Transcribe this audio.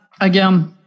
again